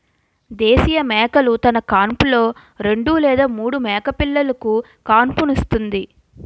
దేశీయ మేకలు తన కాన్పులో రెండు లేదా మూడు మేకపిల్లలుకు కాన్పుస్తుంది